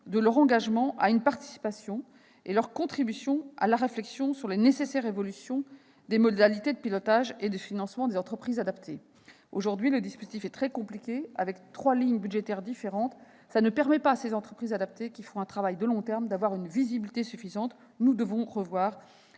de leur engagement à une participation et de leur contribution à la réflexion sur les nécessaires évolutions des modalités de pilotage et de financement des entreprises adaptées. Aujourd'hui, le dispositif est très compliqué- il comporte notamment trois lignes budgétaires différentes -, ce qui ne permet pas aux entreprises adaptées, qui font un travail de long terme, d'avoir une visibilité suffisante. Nous devons réviser